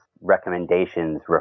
recommendations